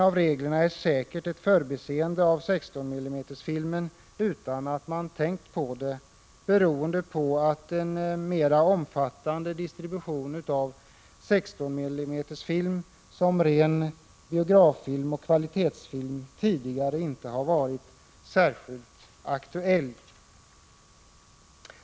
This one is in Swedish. Det är säkert ett förbiseende att utformningen av reglerna missgynnar distributionen av 16 mm film och beror antagligen på att en mer omfattande distribution av 16 mm film som biograffilm och kvalitetsfilm tidigare inte har varit särskilt aktuell.